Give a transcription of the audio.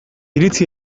iritzi